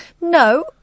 No